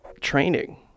training